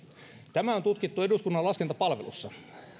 tämä on tutkittu eduskunnan laskentapalvelussa